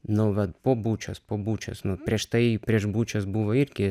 nu vat po bučios po bučios nu prieš tai prieš bučios buvo irgi